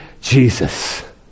Jesus